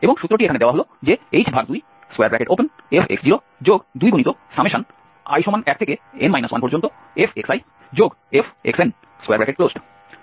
এবং সূত্রটি এখানে দেওয়া হল যে h2fx02i1n 1ffxn